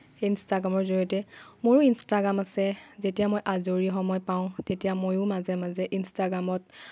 সেই ইনষ্টাগ্ৰামৰ জৰিয়তে মোৰো ইনষ্টাগ্ৰাম আছে যেতিয়া মই আজৰি সময় পাওঁ তেতিয়া মইও মাজে মাজে ইনষ্টাগ্ৰামত